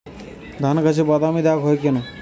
ধানগাছে বাদামী দাগ হয় কেন?